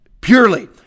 Purely